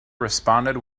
responded